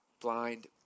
blind